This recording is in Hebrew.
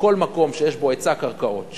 שבכל מקום שיש בו היצע קרקעות,